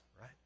Right